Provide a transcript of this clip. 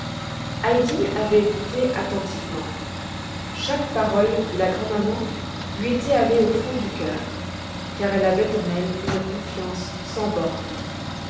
heidi avait écouté attentivement chaque parole de la grand'maman lui était allée au fond du cœur car elle avait en elle une confiance sans bornes